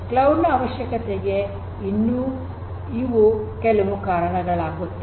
cloud ನ ಅವಶ್ಯಕತೆಗೆ ಇವು ಕೆಲವು ಕಾರಣಗಳಾಗುತ್ತವೆ